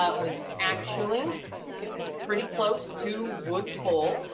ah was actually pretty close to woods hole.